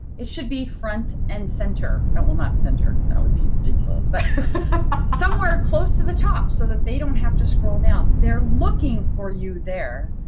it should be front and center. and well not center, that would be ridiculous. well but somewhere close to the top so that they don't have to scroll down. they're looking for you there.